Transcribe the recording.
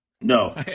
No